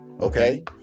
okay